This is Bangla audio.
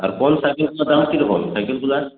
আর কোন সাইকেল দাম কিরকম সাইকেলগুলার